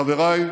חבריי,